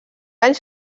anys